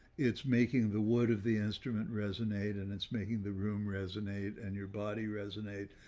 it's making the wood of the instrument resonate, and it's making the room resonate and your body resonate.